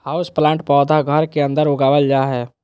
houseplant पौधा घर के अंदर उगावल जा हय